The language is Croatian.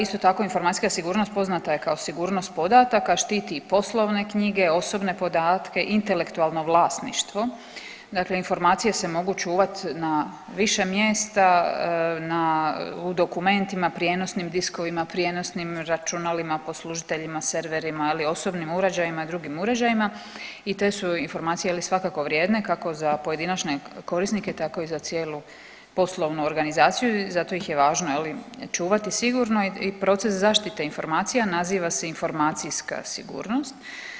Isto tako informacijska sigurnost poznata je kao sigurnost podataka, štiti i poslovne knjige, osobne podatke, intelektualno vlasništvo dakle informacije se mogu čuvat na više mjesta u dokumentima prijenosnim diskovima, prijenosnim računalima, poslužiteljima, serverima, osobnim uređajima i drugim uređajima i te su informacije svakako vrijedne kako za pojedinačne korisnike tako i za cijelu poslovnu organizaciju zato ih je važno čuvati sigurno i proces zaštite informacija naziva se informacijska sigurnost.